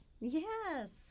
Yes